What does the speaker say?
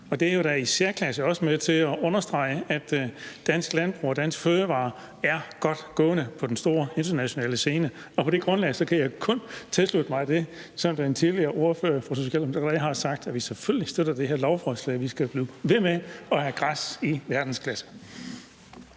Og det er da i særklasse også med til at understrege, at dansk landbrug og danske fødevarer er godt gående på den store internationale scene. Og på det grundlag kan jeg kun tilslutte mig det, som ordføreren for Socialdemokratiet allerede har sagt, nemlig at vi selvfølgelig støtter det her lovforslag. Vi skal blive ved med at have græs i verdensklasse.